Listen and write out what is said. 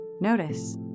notice